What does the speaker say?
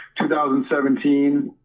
2017